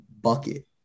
bucket